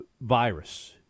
virus